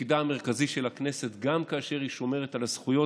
מתפקידה המרכזי של הכנסת גם כאשר היא שומרת על הזכויות.